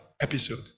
episode